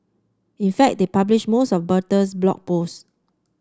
in fact they published most of Bertha's Blog Post